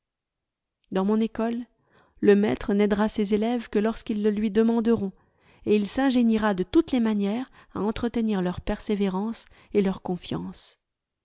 dans mon école le maître n'aidera ses élèves que lorsqu'ils le lui demanderont et il s'ingéniera de toutes les manières à entretenir leur persévérance et leur confiance